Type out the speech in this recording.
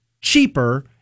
cheaper